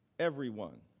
everyone.